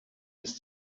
ist